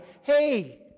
Hey